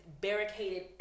barricaded